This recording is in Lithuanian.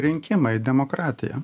rinkimai demokratija